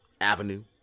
avenue